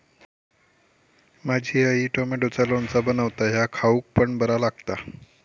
माझी आई टॉमॅटोचा लोणचा बनवता ह्या खाउक पण बरा लागता